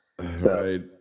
Right